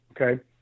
Okay